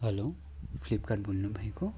hello Flipkart बोल्नु भएको